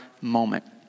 moment